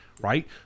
Right